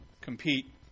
compete